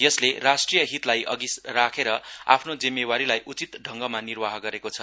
यसले राष्ट्रिय हितलाई अघि राखेर आफ्नो जिम्मेवारिलाई उचित ढङगमा निर्वात गरेको छ